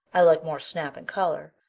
i like more snap and color,